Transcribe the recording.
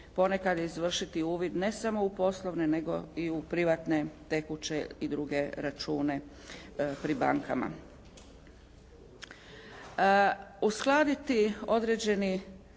ponekad izvršiti uvid ne samo u poslovne nego i u privatne, tekuće i druge račune pri bankama. Uskladiti određeni